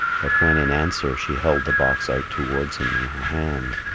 but when, in answer, she held the box out towards him in her hand,